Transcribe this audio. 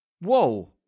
whoa